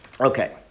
Okay